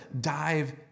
dive